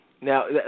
Now